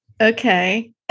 Okay